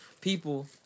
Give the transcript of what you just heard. people